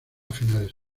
finales